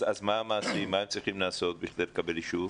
אז מה הם צריכים לעשות בכדי לקבל אישור?